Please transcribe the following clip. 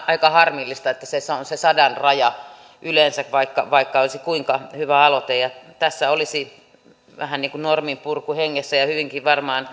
aika harmillista että on se sadan raja yleensä vaikka vaikka olisi kuinka hyvä aloite tässä olisi vähän niin kuin norminpurkuhengessä ja varmaan hyvinkin